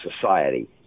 society